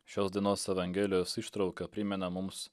šios dienos evangelijos ištrauka primena mums